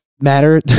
Matter